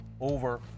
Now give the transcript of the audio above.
over